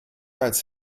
als